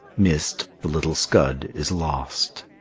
missed, the little scud is lost!